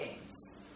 games